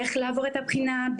איך לעבור את הבחינה,